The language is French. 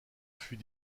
fut